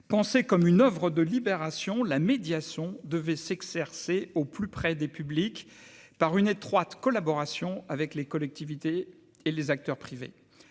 pensé comme une oeuvre de libération, la médiation devait s'exercer au plus près des publics par une étroite collaboration avec les collectivités et les acteurs privés,